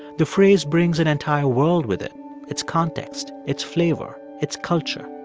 the phrase brings an entire world with it its context, its flavor, its culture.